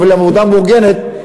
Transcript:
אבל עבודה מאורגנת,